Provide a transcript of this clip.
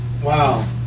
Wow